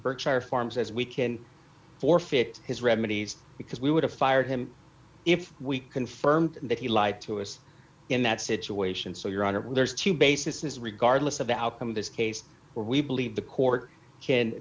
berkshire farms as we can forfeit his remedies because we would have fired him if we confirmed that he lied to us in that situation so your honor there's two basis regardless of the outcome of this case where we believe the court can